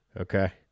okay